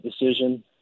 decision